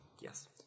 Yes